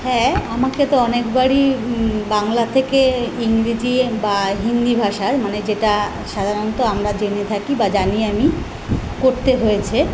হ্যাঁ আমাকে তো অনেকবারই বাংলা থেকে ইংরিজি বা হিন্দি ভাষায় মানে যেটা সাধারণত আমরা জেনে থাকি বা জানি আমি করতে হয়েছে